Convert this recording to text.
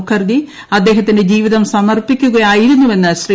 മുഖർജി അദ്ദേഹത്തിന്റെ ജീവിതം സമർപ്പിക്കുകയാരുന്നുവെന്ന് ശ്രീ